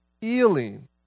feeling